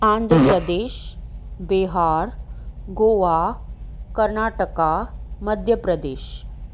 Andhra Pradesh Bihar Goa Karnataka Madhya Pradesh